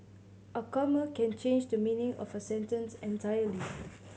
a comma can change the meaning of a sentence entirely